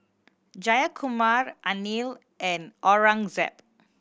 Jayakumar Anil and Aurangzeb